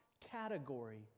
category